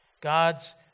God's